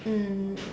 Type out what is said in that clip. mm